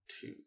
two